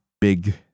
big